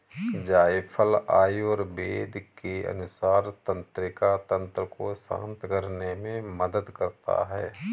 जायफल आयुर्वेद के अनुसार तंत्रिका तंत्र को शांत करने में मदद करता है